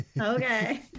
Okay